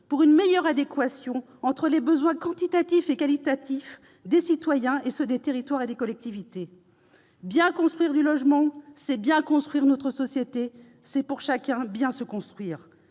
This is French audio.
pour une meilleure adéquation entre les besoins quantitatifs et qualitatifs des citoyens et ceux des territoires et des collectivités territoriales. Bien construire du logement, c'est bien construire notre société et permettre à chacun de bien se construire.